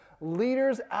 leaders